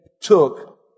took